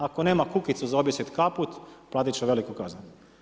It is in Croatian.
Ako nema kukicu za objesiti kaput platiti će veliku kaznu.